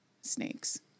snakes